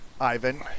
Ivan